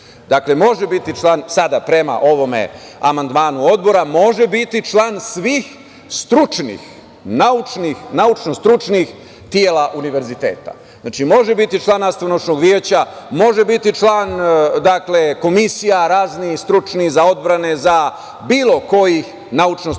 Dakle, može biti član, sada prema ovom amandmanu Odbora, može biti član svih naučno-stručnih tela univerziteta. Znači, može biti član nastavničkog veća, može biti član komisija raznih stručnih, za odbrane, bilo kojih naučno-stručnih